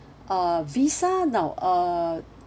uh visa now uh